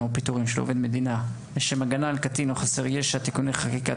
ופיטורין של עובד הוראה לשם הגנה על קטין או חסר ישע (תיקוני חקיקה),